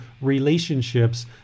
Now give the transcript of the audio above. relationships